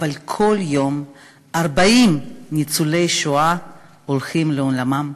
אבל כל יום, 40 ניצולי שואה הולכים לעולמם?